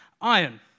iron